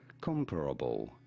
Comparable